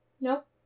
Nope